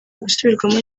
gusubirwamo